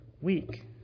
week